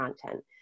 content